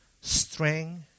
strength